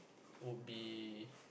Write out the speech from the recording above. would be